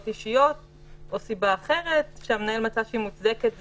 אישיות או סיבה אחרת שהמנהל מצא שהיא מוצדקת וכו'.